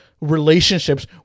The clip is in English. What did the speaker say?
relationships